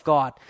God